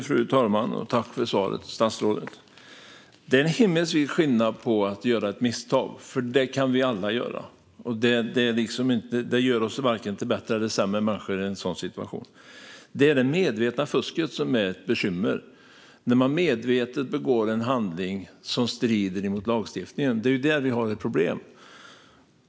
Fru talman! Tack, statsrådet, för svaret! Det är himmelsvid skillnad på att göra ett misstag. Det kan vi alla göra, och det gör oss inte till bättre eller sämre människor i en sådan situation. Det är det medvetna fusket som är ett bekymmer, när man medvetet begår en handling som strider mot lagstiftningen. Det är där vi har ett problem.